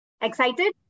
Excited